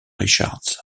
richards